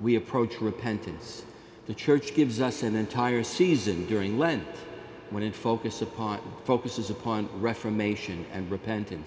we approach repentance the church gives us an entire season during lent when in focus upon focuses upon reformation and repent